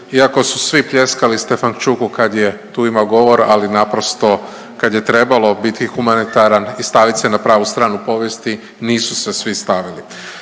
iako su svi pljeskali Stefan Čuku kad je tu imao govor ali naprosto kad je trebalo biti humanitaran i stavit se na pravu stranu povijesti, nisu se svi stavili.